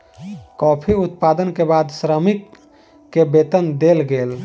coffee उत्पादन के बाद श्रमिक के वेतन देल गेल